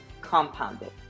compounded